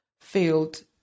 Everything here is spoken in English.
field